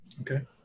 Okay